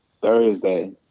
Thursday